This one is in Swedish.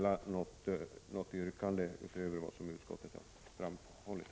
Jag har inget yrkande utöver vad utskottet här har framställt.